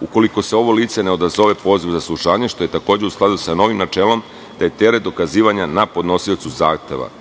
ukoliko se ovo lice ne odazove pozivu za saslušanje, što je takođe u skladu sa novim načelom , te je teret dokazivanja na podnosiocu zahteva. Na